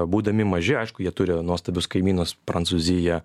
būdami maži aišku jie turi nuostabius kaimynus prancūziją